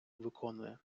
виконує